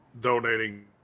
donating